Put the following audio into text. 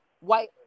white